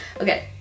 Okay